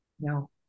No